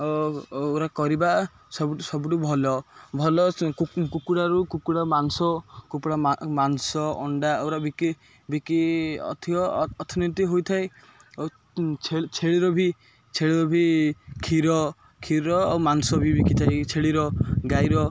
ଏଗୁରା କରିବା ସବୁଠୁ ଭଲ ଭଲ କୁକୁଡ଼ାରୁ କୁକୁଡ଼ା ମାଂସ କୁକୁଡ଼ା ମାଂସ ଅଣ୍ଡା ଏଗୁରା ବିକି ବିକି ଅର୍ଥନୀତି ହୋଇଥାଏ ଛେଳିର ବି ଛେଳିର ବି କ୍ଷୀର କ୍ଷୀର ଆଉ ମାଂସ ବି ବିକିଥାଏ ଛେଳିର ଗାଈର